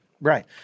Right